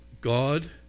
God